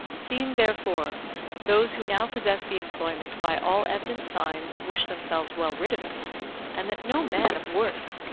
seeing therefore those who now possess the employment by all evident signs wish themselves well rid of it and that no man of worth,